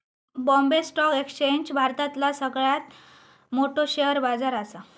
Bombay stock exchange भारतातला सगळ्यात मोठो शेअर बाजार असा